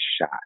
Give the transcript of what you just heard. shot